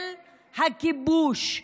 של הכיבוש,